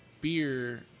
beer